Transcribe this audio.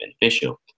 beneficial